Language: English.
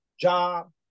job